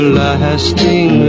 lasting